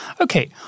Okay